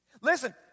Listen